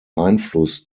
einfluss